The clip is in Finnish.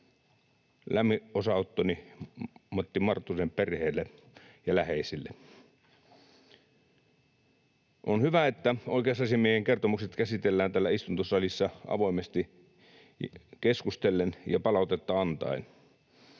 Lämmin osanottoni Matti Marttusen perheelle ja läheisille. On hyvä, että oikeusasiamiehen kertomukset käsitellään täällä istuntosalissa avoimesti keskustellen ja palautetta antaen.